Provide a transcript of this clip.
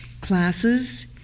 Classes